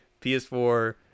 PS4